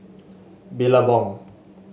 billabong